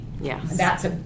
Yes